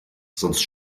sonst